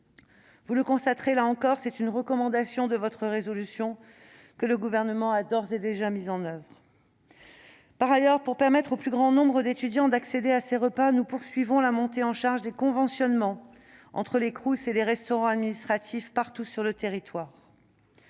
Vous le constatez, voici là encore une recommandation de votre résolution que le Gouvernement a d'ores et déjà mise en oeuvre. Par ailleurs, pour permettre au plus grand nombre d'étudiants d'accéder à ces repas, nous poursuivons la montée en charge des conventionnements entre les Crous et les restaurants administratifs sur tout le territoire.